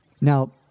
Now